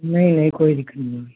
नहीं नहीं कोई दिक़्क़त नहीं होगी